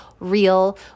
real